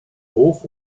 hof